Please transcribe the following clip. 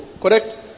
correct